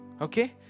Okay